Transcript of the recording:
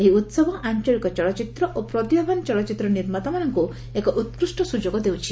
ଏହି ଉହବ ଆଞ୍ଚଳିକ ଚଳଚ୍ଚିତ୍ର ଓ ପ୍ରତିଭାବାନ୍ ଚଳଚ୍ଚିତ୍ର ନିର୍ମାତାମାନଙ୍କୁ ଏକ ଉକ୍କୃଷ୍ଟ ସ୍ୱଯୋଗ ଦେଉଛି